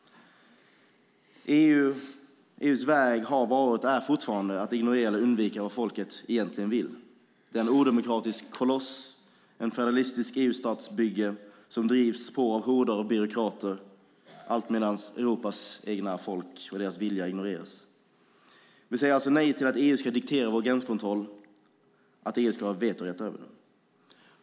EU:s väg har varit och är fortfarande att ignorera eller undvika att göra vad folket egentligen vill. Det är en odemokratisk koloss och ett federalistisk EU-statsbygge som drivs på av horder av byråkrater, alltmedan Europas egna folk och deras vilja ignoreras. Vi säger alltså nej till att EU ska diktera vår gränskontroll och att EU ska ha vetorätt över den.